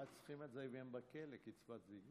מה הם צריכים את זה אם הם בכלא, קצבת ביגוד?